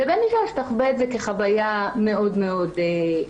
לבין אישה שתחווה את זה כחוויה מאוד מאוד קשה.